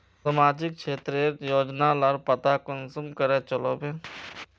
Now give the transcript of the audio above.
सामाजिक क्षेत्र रेर योजना लार पता कुंसम करे चलो होबे?